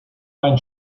main